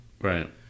Right